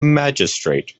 magistrate